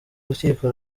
rukiko